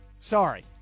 Sorry